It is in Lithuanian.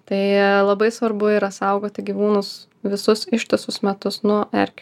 tai labai svarbu yra saugoti gyvūnus visus ištisus metus nuo erkių